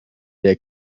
der